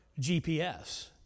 GPS